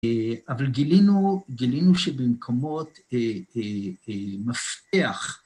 אבל גילינו שבמקומות מפתח